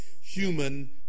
human